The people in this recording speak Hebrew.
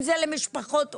אם זה למשפחות אומנה.